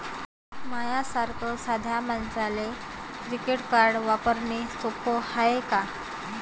माह्या सारख्या साध्या मानसाले क्रेडिट कार्ड वापरने सोपं हाय का?